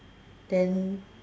then